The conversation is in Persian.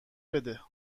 بده